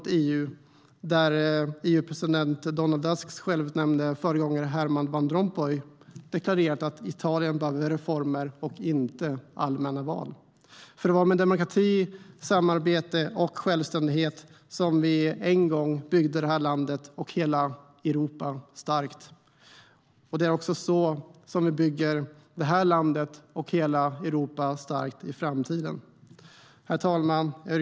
EU:s "president" Donald Tusks självutnämnde föregångare Herman Van Rompuy har deklarerat att Italien behöver reformer och inte allmänna val. Låt oss frigöra oss från detta! Det var med demokrati, samarbete och självständighet som vi en gång byggde det här landet och hela Europa starkt. Det är också så vi bygger det här landet och hela Europa starkt i framtiden. Herr talman!